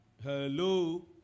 Hello